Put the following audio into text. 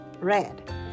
Red